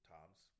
Tom's